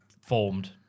formed